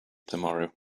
tomorrow